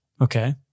Okay